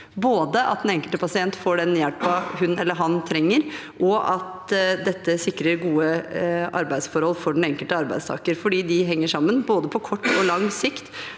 både at den enkelte pasient får den hjelpen hun eller han trenger, og at dette sikrer gode arbeidsforhold for den enkelte arbeidstaker, for de henger sammen, både på kort og på lang sikt,